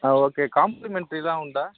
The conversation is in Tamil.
ஆ ஓகே காம்ப்ளிமெண்ட்ரி எல்லாம் உண்டா